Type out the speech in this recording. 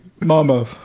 Mama